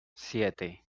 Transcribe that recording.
siete